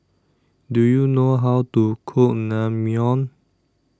Do YOU know How to Cook Naengmyeon